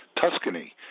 Tuscany